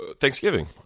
Thanksgiving